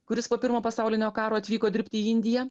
kuris po pirmo pasaulinio karo atvyko dirbti į indiją